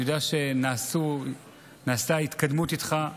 אני יודע שנעשתה התקדמות איתך,